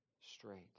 straight